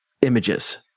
images